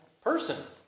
person